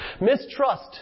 Mistrust